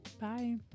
Bye